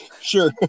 Sure